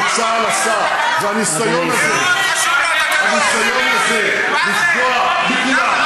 הניסיון הזה לפגוע בכולם,